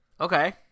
Okay